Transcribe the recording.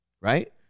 right